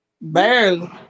Barely